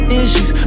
issues